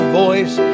voice